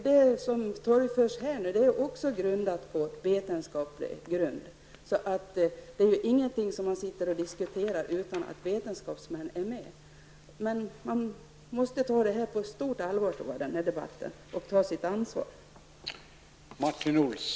Det som här torgförs vilar på vetenskaplig grund. Den här diskussionen förs alltså inte utan medverkan från vetenskapsmännen. Den här debatten måste tas på stort allvar. Vi måste alla ta ett ansvar här.